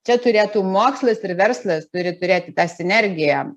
čia turėtų mokslas ir verslas turi turėti tą sinergiją